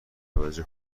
توجه